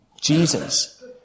Jesus